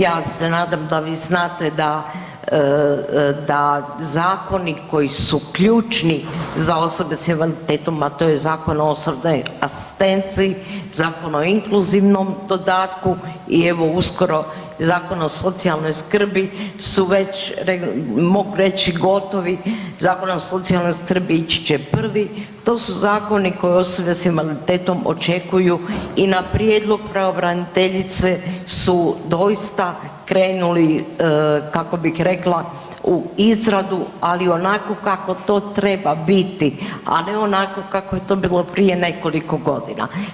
Ja znadem da vi znate da zakoni koji su ključni za osobe s invaliditetom, a to je Zakon o osobnoj asistenciji, Zakon o inkluzivnom dodatku i evo uskoro Zakon o socijalnoj skrbi su mogu reći gotovo, Zakon o socijalnoj skrbi ići će prvi, to su zakoni koje osobe s invaliditetom očekuju i na prijedlog pravobraniteljice su doista krenuli kako bih rekla u izradu, ali onako kako to treba biti, a ne onako kako je to bilo prije nekoliko godina.